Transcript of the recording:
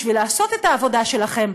בשביל לעשות את העבודה שלכם,